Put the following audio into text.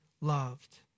loved